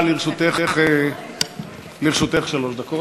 לרשותך שלוש דקות.